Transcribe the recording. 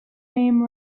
name